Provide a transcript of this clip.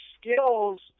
skills